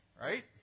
right